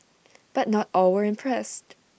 but not all were impressed